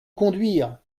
conduire